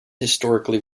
historically